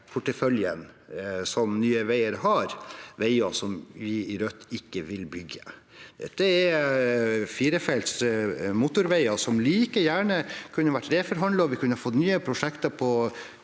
prosjektporteføljen som Nye veier har, veier som vi i Rødt ikke vil bygge. Dette er firefelts motorveier som like gjerne kunne vært reforhandlet, og vi kunne fått nye prosjekter på